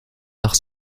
nach